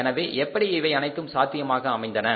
எனவே எப்படி இவை அனைத்தும் சாத்தியமாக அமைந்தன